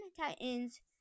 Titans